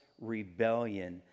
rebellion